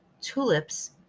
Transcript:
tulips